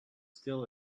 still